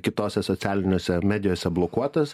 kitose socialinėse medijose blokuotas